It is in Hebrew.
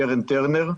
קרן טרנר,